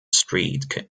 street